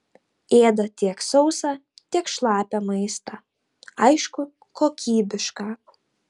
ėda tiek sausą tiek šlapią maistą aišku kokybišką